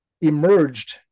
emerged